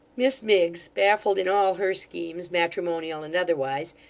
miss miggs, baffled in all her schemes, matrimonial and otherwise,